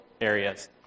areas